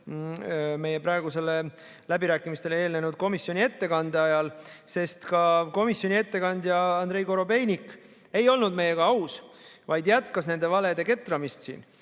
meie praegustele läbirääkimistele eelnenud komisjoni ettekande ajal, sest ka komisjoni ettekandja Andrei Korobeinik ei olnud meiega aus, vaid jätkas nende valede ketramist.